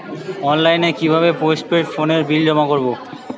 অনলাইনে কি ভাবে পোস্টপেড ফোনের বিল জমা করব?